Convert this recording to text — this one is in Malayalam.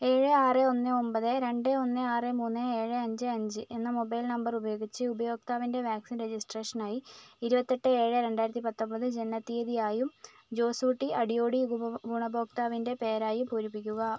ഏഴ് ആറ് ഒന്ന് ഒൻപത് രണ്ട് ഒന്ന് ആറ് മൂന്ന് ഏഴ് അഞ്ച് അഞ്ച് എന്ന മൊബൈൽ നമ്പർ ഉപയോഗിച്ച് ഉപയോക്താവിൻ്റെ വാക്സിൻ രജിസ്ട്രേഷനായി ഇരുപത്തെട്ട് ഏഴ് രണ്ടായിരത്തിപ്പത്തൊമ്പത് ജനനത്തീയതിയായും ജോസൂട്ടി അടിയോടി ഉപഭോ ഗുണഭോക്താവിൻ്റെ പേരായും പൂരിപ്പിക്കുക